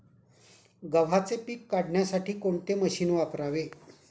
गव्हाचे पीक काढण्यासाठी कोणते मशीन वापरावे?